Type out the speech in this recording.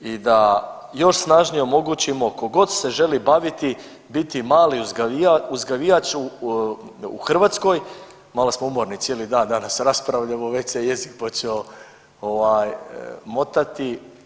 I da još snažnije omogućimo tko god se želi baviti, biti mali uzgajivač u Hrvatskoj, malo smo umorni cijeli dan danas raspravljamo već se jezik počeo ovaj motati.